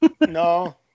No